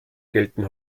gelten